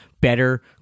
better